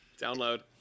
Download